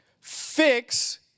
Fix